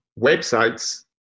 websites